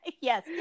Yes